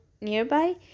nearby